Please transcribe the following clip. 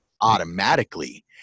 automatically